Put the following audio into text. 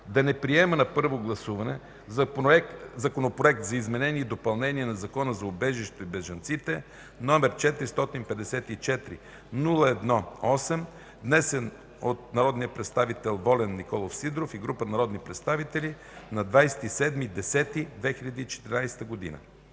да не приема на първо гласуване Законопроект за изменение и допълнение на Закона за убежището и бежанците, № 454-01-8, внесен от народния представител Волен Николов Сидеров и група народни представители на 27.10.2014 г.;